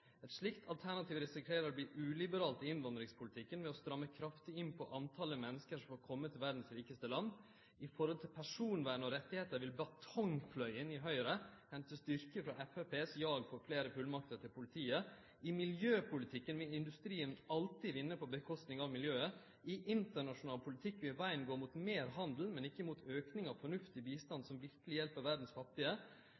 Et slikt alternativ risikerer å bli uliberalt i innvandringspolitikken, ved å stramme kraftig inn på antallet mennesker som får komme til verdens rikeste land. I forhold til personvern og rettigheter vil batong-fløyen i Høyre hente styrke fra FrPs jag for flere fullmakter til politiet. I miljøpolitikken vil industrien alltid vinne på bekostning av miljøet. I internasjonal politikk vil veien gå mot mer handel, men ikke mot økning av fornuftig bistand